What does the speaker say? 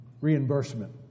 Reimbursement